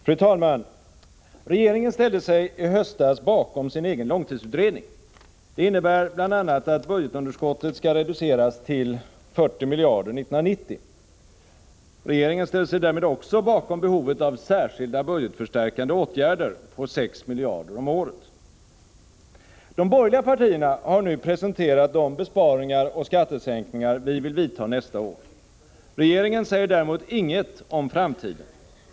Fru talman! Regeringen ställde sig i höstas bakom sin egen långtidsutredning. Det innebär bl.a. att budgetunderskottet skall reduceras till 40 miljarder kronor 1990. Regeringen ställer sig därmed också bakom uppfattningen att det behövs särskilda budgetförstärkande åtgärder på 6 miljarder kronor om året. De borgerliga partierna har nu presenterat de besparingar och skattesänkningar som vi vill vidta nästa år. Regeringen säger däremot ingenting om framtiden.